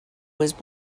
was